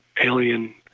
alien